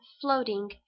floating